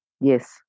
yes